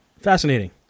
Fascinating